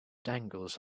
dangles